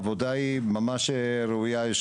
העבודה היא ממש ראויה לשבח,